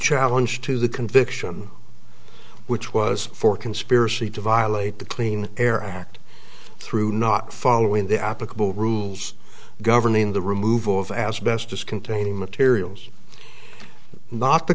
challenge to the conviction which was for conspiracy to violate the clean air act through not following the applicable rules governing the removal of asbestos containing materials not the